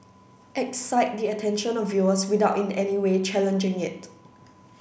excite the attention of viewers without in any way challenging it